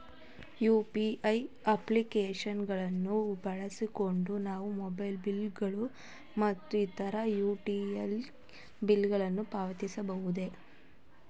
UPI application ಗಳನ್ನು ಬಳಸಿಕೊಂಡು ನಾವು ಮೊಬೈಲ್ ಬಿಲ್ ಗಳು ಮತ್ತು ಇತರ ಯುಟಿಲಿಟಿ ಬಿಲ್ ಗಳನ್ನು ಪಾವತಿಸಬಹುದು